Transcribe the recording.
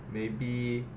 maybe